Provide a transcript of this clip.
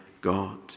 God